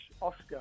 Oscar